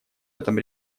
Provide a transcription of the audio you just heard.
этом